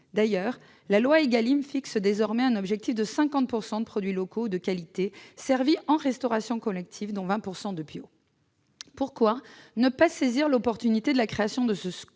accessible à tous fixe désormais un objectif de 50 % de produits locaux ou de qualité servis en restauration collective, dont 20 % de bio. Pourquoi ne pas saisir l'occasion de la création de ce code